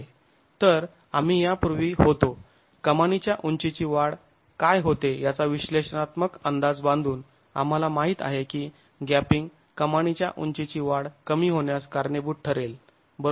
तर आम्ही यापूर्वी होतो कमानीच्या उंचीची वाढ काय होते याचा विश्लेषणात्मक अंदाज बांधून आम्हाला माहित आहे की गॅपिंग कमानीच्या उंचीची वाढ कमी होण्यास कारणीभूत ठरेल बरोबर